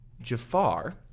Jafar